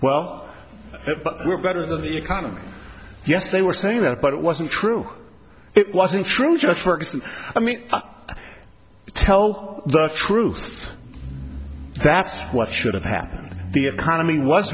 well we're better than the economy yes they were saying that but it wasn't true it wasn't true just for example i mean tell the truth that's what should have happened the economy was